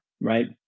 right